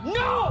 no